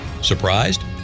Surprised